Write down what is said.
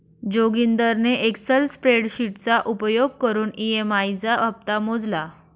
जोगिंदरने एक्सल स्प्रेडशीटचा उपयोग करून ई.एम.आई चा हप्ता मोजला